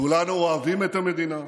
כולנו אוהבים את המדינה,